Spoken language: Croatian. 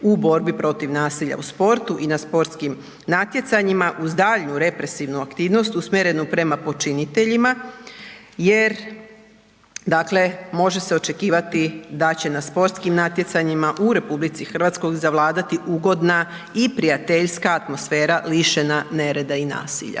u borbi protiv nasilja u sportu i na sportskim natjecanjima uz daljnju represivnu aktivnost usmjerenu prema počiniteljima jer dakle može se očekivati da će na sportskim natjecanjima u RH zavladati ugodna i prijateljska atmosfera lišena nerada i nasilja.